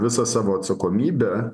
visą savo atsakomybę